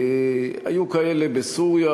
היו כאלה בסוריה.